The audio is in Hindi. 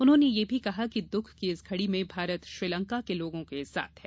उन्होंने यह भी कहा कि दुःख की इस घड़ी में भारत श्रीलंका के लोगों के साथ है